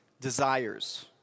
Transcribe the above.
desires